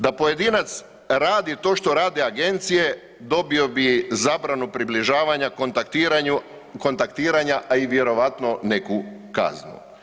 Da pojedinac radi to što rade agencije dobio bi zabranu približavanja, kontaktiranja, a vjerojatno i neku kaznu.